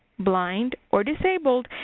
blind or disabled,